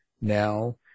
now